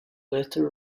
letter